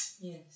Yes